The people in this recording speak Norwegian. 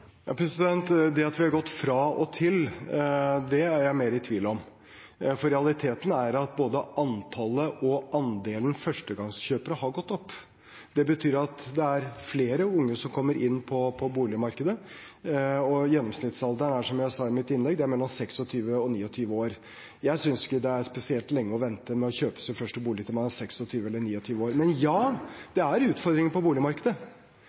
jeg mer i tvil om, for realiteten er at både antallet og andelen førstegangskjøpere har gått opp. Det betyr at det er flere unge som kommer inn på boligmarkedet, og gjennomsnittsalderen er, som jeg sa i mitt innlegg, mellom 26 og 29 år. Jeg synes ikke det er spesielt lenge å vente med å kjøpe sin første bolig.